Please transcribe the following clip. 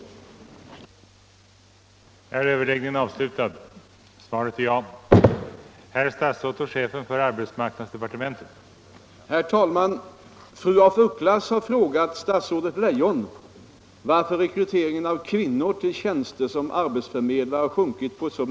— tjänster som arbetsförmedlare Överläggningen var härmed slutad.